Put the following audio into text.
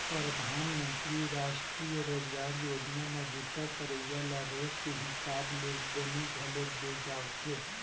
परधानमंतरी रास्टीय रोजगार योजना म बूता करइया ल रोज के हिसाब ले बनी घलोक दे जावथे